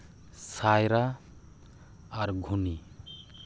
ᱥᱟᱭᱨᱟ ᱟᱨ ᱜᱷᱩᱱᱤ